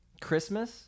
Christmas